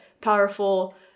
powerful